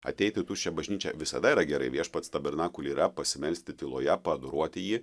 ateit į tuščią bažnyčią visada yra gerai viešpats tabernakuly yra pasimelsti tyloje paadoruoti jį